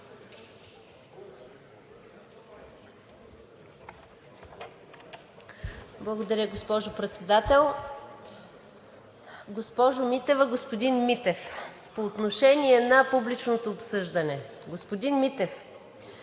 Благодаря, госпожо Председател. Госпожо Митева, господин Митев, по отношение на публичното обсъждане. Господин Митев,